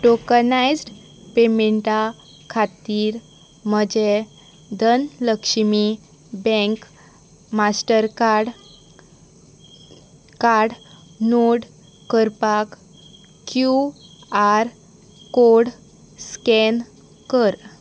tokenised पेमेंटा खातीर म्हजें धनलक्ष्मी बँक मास्टरकार्ड कार्ड नोड करपाक क्यू आर कोड स्कॅन कर